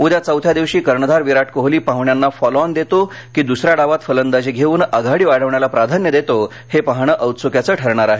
उद्या चौथ्या दिवशी कर्णधार विराट कोहली पाहुण्यांना फॉलोऑन देतो की दुसऱ्या डावात फलंदाजी घेऊन आघाडी वाढवण्याला प्राधान्य देतो हे पाहणं औत्सुक्याचं ठरणार आहे